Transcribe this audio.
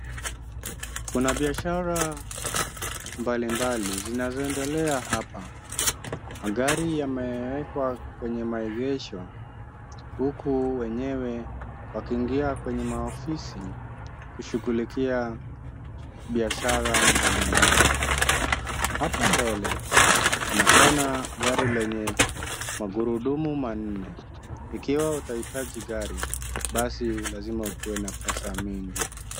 Kuna biashara mbalimbali zinazoendelea hapa. Magari yamewekwa kwenye maegesho, huku wenyewe wakiingia kwenye maofisi, kushughulikia biashara mbalimbali. Hapa mbele, tunaona gari lenye magurudumu manne. Ikiwa utahitaji gari, basi lazima ukuwe na pesa mingi.